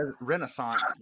renaissance